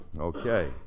Okay